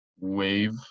wave